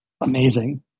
amazing